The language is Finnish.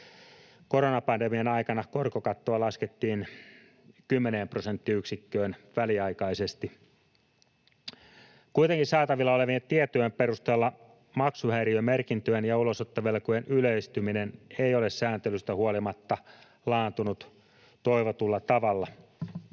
Koronapandemian aikana korkokattoa laskettiin 10 prosenttiyksikköön väliaikaisesti. Kuitenkaan saatavilla olevien tietojen perusteella maksuhäiriömerkintöjen ja ulosottovelkojen yleistyminen ei ole sääntelystä huolimatta laantunut toivotulla tavalla.